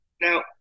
Now